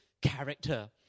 character